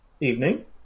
Evening